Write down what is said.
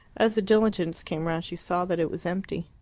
as the diligence came round she saw that it was empty.